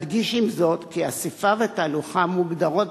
עם זאת נדגיש כי אספה ותהלוכה מוגדרות